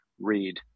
read